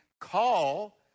call